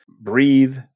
breathe